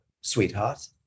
sweetheart